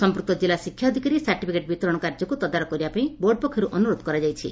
ସମ୍ମୃକ୍ତ ଜିଲ୍ଲା ଶିକ୍ଷାଧିକାରୀ ସାର୍ଟିଫିକେଟ୍ ବିତରଣ କାର୍ଯ୍ୟକୁ ତଦାରଖ କରିବା ପାଇଁ ବୋର୍ଡ ପକ୍ଷରୁ ଅନୁରୋଧ କରାଯାଇଛି